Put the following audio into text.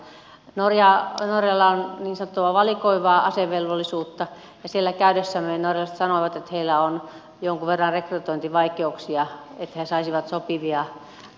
norjalla on niin sanottua valikoivaa asevelvollisuutta ja siellä käydessämme norjalaiset sanoivat että heillä on jonkun verran rekrytointivaikeuksia että he saisivat sopivia ammattilaisia sotilaita